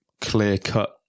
clear-cut